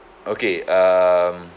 okay um